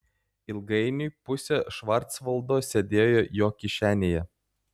ilgainiui pusė švarcvaldo sėdėjo jo kišenėje